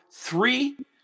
Three